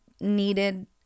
needed